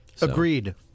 Agreed